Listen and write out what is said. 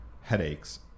headaches